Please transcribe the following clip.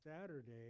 Saturday